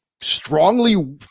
strongly